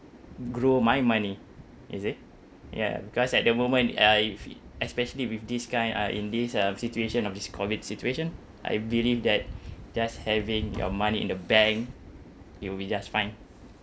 grow my money you see ya because at the moment uh if it I especially with this kind uh in this um situation of this COVID situation I believe that just having your money in the bank you'll be just fine